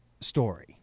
story